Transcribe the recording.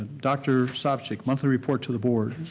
dr. sopcich, monthly report to the board.